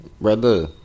brother